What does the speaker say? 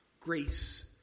grace